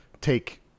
take